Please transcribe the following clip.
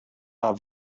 are